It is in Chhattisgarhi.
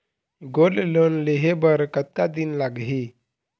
गोल्ड लोन लेहे बर कतका दिन लगही?